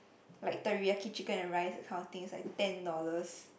like teriyaki chicken and rice that kind of thing is like ten dollars